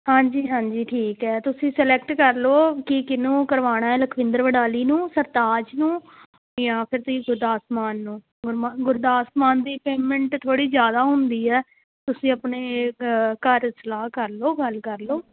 ਹਾਂਜੀ ਹਾਂਜੀ ਠੀਕ ਹੈ ਤੁਸੀਂ ਸਲੈਕਟ ਕਰ ਲਓ ਕਿ ਕਿਹਨੂੰ ਕਰਵਾਉਣਾ ਲਖਵਿੰਦਰ ਵਡਾਲੀ ਨੂੰ ਸਰਤਾਜ ਨੂੰ ਜਾਂ ਫਿਰ ਤੁਸੀਂ ਗੁਰਦਾਸ ਮਾਨ ਨੂੰ ਗੁਰ ਗੁਰਦਾਸ ਮਾਨ ਦੀ ਪੇਮੈਂਟ ਥੋੜ੍ਹੀ ਜ਼ਿਆਦਾ ਹੁੰਦੀ ਹੈ ਤੁਸੀਂ ਆਪਣੇ ਅ ਘਰ ਸਲਾਹ ਕਰ ਲਓ ਗੱਲ ਕਰ ਲਓ